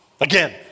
Again